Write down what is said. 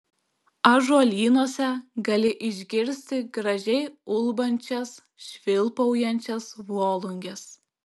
ąžuolynuose gali išgirsti gražiai ulbančias švilpaujančias volunges